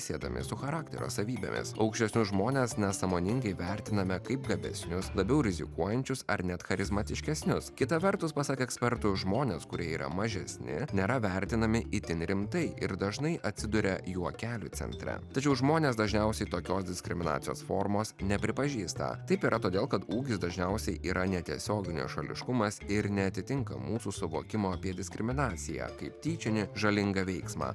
siedami su charakterio savybėmis aukštesnius žmones nesąmoningai vertiname kaip gabesnius labiau rizikuojančius ar net charizmatiškesnius kita vertus pasak ekspertų žmonės kurie yra mažesni nėra vertinami itin rimtai ir dažnai atsiduria juokelių centre tačiau žmonės dažniausiai tokios diskriminacijos formos nepripažįsta taip yra todėl kad ūgis dažniausiai yra netiesioginis nešališkumas ir neatitinka mūsų suvokimo apie diskriminaciją kaip tyčinį žalingą veiksmą